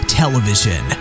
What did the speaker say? television